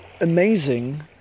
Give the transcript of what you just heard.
amazing